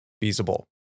feasible